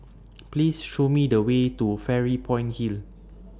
Please Show Me The Way to Fairy Point Hill